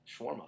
Shawarma